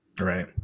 Right